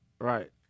Right